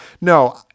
No